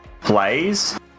plays